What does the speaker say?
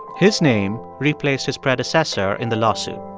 his name replaced his predecessor in the lawsuit.